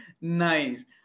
Nice